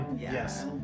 Yes